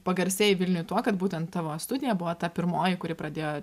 pagarsėjai vilniuj tuo kad būtent tavo studija buvo ta pirmoji kuri pradėjo